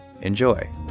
Enjoy